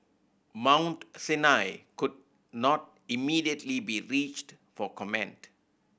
Mount Sinai could not immediately be reached for comment